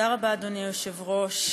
תודה רבה, אדוני היושב-ראש.